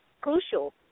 crucial